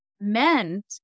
meant